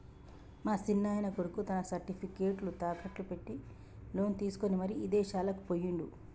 మా సిన్నాయన కొడుకు తన సర్టిఫికేట్లు తాకట్టు పెట్టి లోను తీసుకొని మరి ఇదేశాలకు పోయిండు